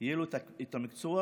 יהיה המקצוע